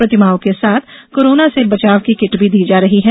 प्रतिमाओं के साथ कोरोना से बचाव की किट भी दी जा रही है